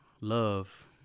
love